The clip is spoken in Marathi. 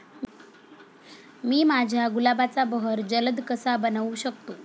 मी माझ्या गुलाबाचा बहर जलद कसा बनवू शकतो?